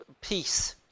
peace